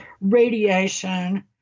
radiation